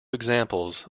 examples